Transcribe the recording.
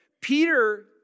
Peter